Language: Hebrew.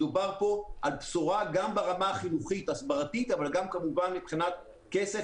מדובר פה על בשורה גם ברמה החינוכית ההסברתית אבל גם מבחינה כספית.